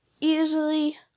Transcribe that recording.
Easily